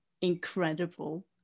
Incredible